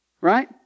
Right